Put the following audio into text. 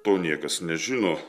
to niekas nežino